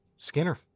Skinner